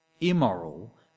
immoral